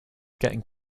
getting